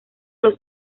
los